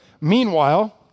Meanwhile